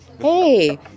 Hey